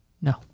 No